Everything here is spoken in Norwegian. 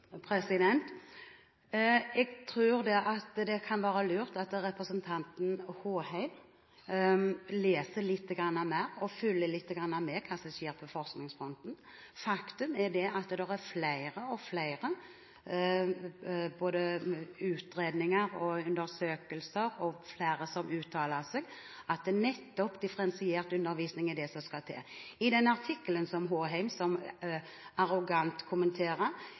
Jeg tror det kan være lurt om representanten Håheim leser litt mer og følger litt med på hva som skjer på forskningsfronten. Faktum er at det er flere utredninger og undersøkelser og flere som uttaler seg om at det nettopp er differensiert undervisning som skal til. I den artikkelen som Håheim så arrogant